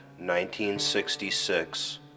1966